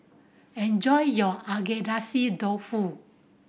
enjoy your Agedashi Dofu